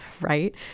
Right